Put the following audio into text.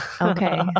Okay